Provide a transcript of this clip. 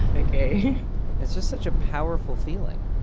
okay it's just such a powerful feeling